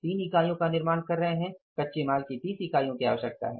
3 इकाइयों का निर्माण कर रहे हैं कच्चे माल की 30 इकाइयों की आवश्यकता है